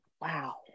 Wow